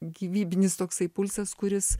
gyvybinis toksai pulsas kuris